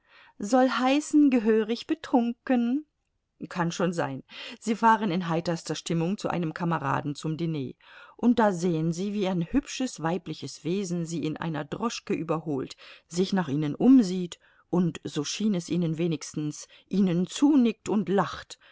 soll heißen gehörig betrunken kann schon sein sie fahren in heiterster stimmung zu einem kameraden zum diner und da sehen sie wie ein hübsches weibliches wesen sie in einer droschke überholt sich nach ihnen umsieht und so schien es ihnen wenigstens ihnen zunickt und lacht